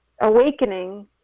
awakening